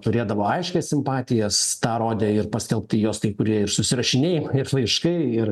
turėdavo aiškias simpatijas tą rodė ir paskelbti jos kai kurie ir susirašinėjim laiškai ir